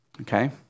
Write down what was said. Okay